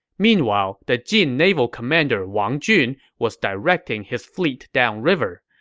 meanwhile, the jin naval commander wang jun was directing his fleet down river.